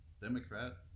Democrat